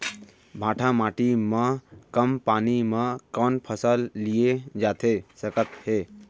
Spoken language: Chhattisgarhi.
भांठा माटी मा कम पानी मा कौन फसल लिए जाथे सकत हे?